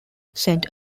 sent